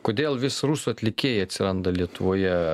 kodėl vis rusų atlikėjai atsiranda lietuvoje